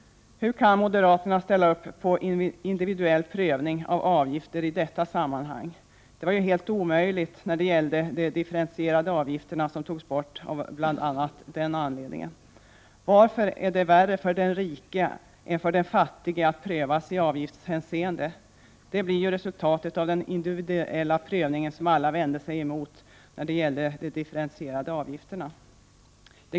Hur kan moderaterna ställa upp för en individuell prövning av avgifter i detta sammanhang? Det var ju helt omöjligt när det gällde de differentierade avgifterna, som togs bort av bl.a. den anledningen. Varför är det värre för den rike än för den fattige att prövas i avgiftshänseende? Det blir ju resultatet av den individuella prövningen, som alla vände sig emot när det gällde de differentierade avgifterna.